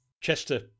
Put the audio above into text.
Chester